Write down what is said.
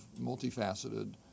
multifaceted